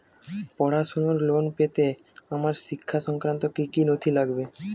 পড়াশুনোর লোন পেতে আমার শিক্ষা সংক্রান্ত কি কি নথি লাগবে?